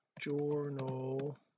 journal